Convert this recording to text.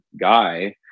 guy